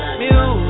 music